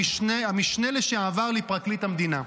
המשנה לשעבר לפרקליט המדינה.